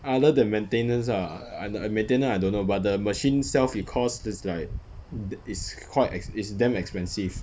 other than maintenance ah i~ maintenance I don't know but the machine self it cost is like is quite exp~ is damn expensive